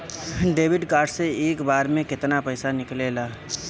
Debit card से एक बार मे केतना पैसा निकले ला?